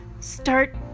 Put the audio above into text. Start